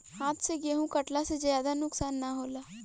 हाथ से गेंहू कटला से ज्यादा नुकसान ना होला